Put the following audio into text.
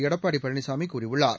எடப்பாடி பழனிசாமி கூறியுள்ளார்